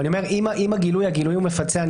אבל אני אומר אם הגילוי הוא גילוי מפצה,